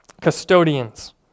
custodians